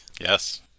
Yes